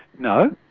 no.